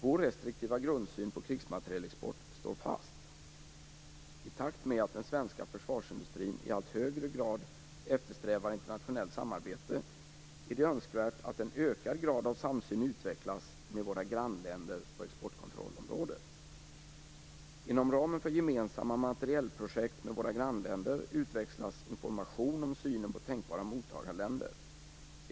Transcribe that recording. Vår restriktiva grundsyn på krigsmaterielexport står fast. I takt med att den svenska försvarsindustrin i allt högre grad eftersträvar internationellt samarbete är det önskvärt att en ökad grad av samsyn utvecklas med våra grannländer på exportkontrollområdet. Inom ramen för gemensamma materielprojekt med våra grannländer utväxlas information om synen på tänkbara mottagarländer.